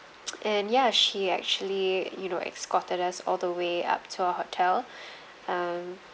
and ya she actually you know escorted us all the way up to our hotel um